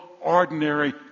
ordinary